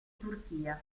turchia